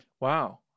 Wow